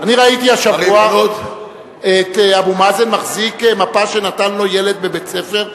אני ראיתי השבוע את אבו מאזן מחזיק מפה שנתן לו ילד בבית-ספר,